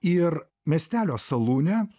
ir miestelio salūne